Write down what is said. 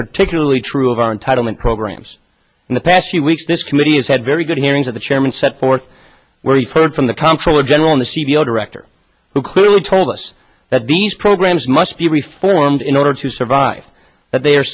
particularly true of our entitlement programs in the past few weeks this committee has had very good hearings of the chairman set forth where he heard from the comptroller general in the studio director who clearly told us that these programs must be reformed in order to survive but they are